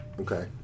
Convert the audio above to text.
Okay